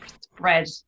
Spread